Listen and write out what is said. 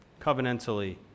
covenantally